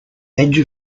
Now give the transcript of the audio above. edge